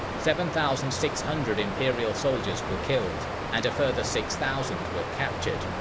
seven thousand six hundred imperial soldiers were killed and a further six thousand were captured.